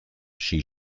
she